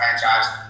franchise